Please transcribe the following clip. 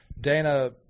Dana